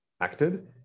acted